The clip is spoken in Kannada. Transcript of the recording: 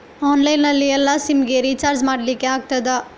ಆನ್ಲೈನ್ ನಲ್ಲಿ ಎಲ್ಲಾ ಸಿಮ್ ಗೆ ರಿಚಾರ್ಜ್ ಮಾಡಲಿಕ್ಕೆ ಆಗ್ತದಾ?